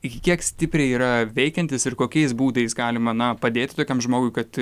iki kiek stipriai yra veikiantis ir kokiais būdais galima na padėti tokiam žmogui kad